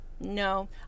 No